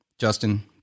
Justin